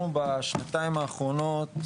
אנחנו בשנתיים האחרונות,